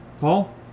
Paul